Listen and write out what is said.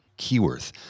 Keyworth